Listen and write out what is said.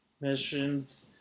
missions